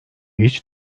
hiç